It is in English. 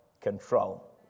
control